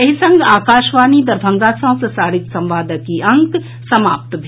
एहि संग आकाशवाणी दरभंगा सँ प्रसारित संवादक ई अंक समाप्त भेल